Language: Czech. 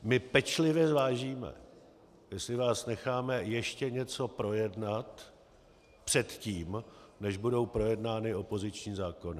My pečlivě zvážíme, jestli vás necháme ještě něco projednat předtím, než budou projednány opoziční zákony.